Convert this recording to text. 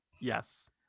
Yes